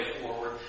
forward